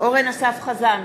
אורן אסף חזן,